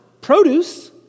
produce